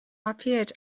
appeared